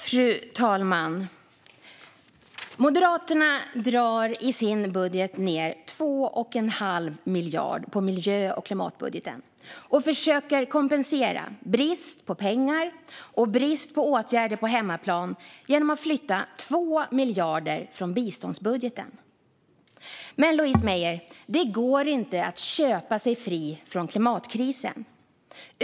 Fru talman! Moderaterna drar i sin budget ned på miljö och klimatbudgeten med 2 1⁄2 miljard och försöker kompensera för brist på pengar och brist på åtgärder på hemmaplan genom att flytta 2 miljarder från biståndsbudgeten. Men, Louise Meijer, det går inte att köpa sig fri från klimatkrisen.